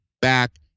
back